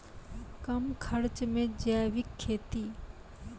कम खर्च मे जैविक खेती?